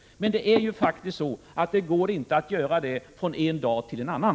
Men det är faktiskt så att det inte går att göra det från en dag till en annan.